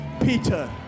Peter